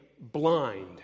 blind